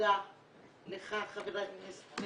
מודה לך, חבר הכנסת מרגי,